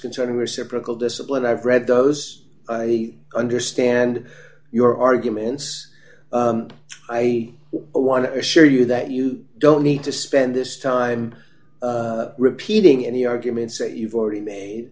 concern reciprocal discipline i've read those i understand your arguments i want to assure you that you don't need to spend this time repeating any arguments that you've already made